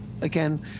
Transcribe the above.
again